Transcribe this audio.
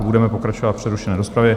Budeme pokračovat v přerušené rozpravě.